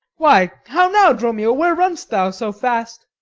why, how now, dromio! where run'st thou so fast?